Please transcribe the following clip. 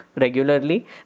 regularly